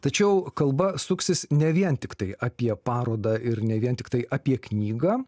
tačiau kalba suksis ne vien tiktai apie parodą ir ne vien tiktai apie knygą